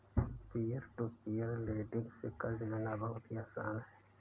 peer to peer lending से कर्ज लेना बहुत ही आसान है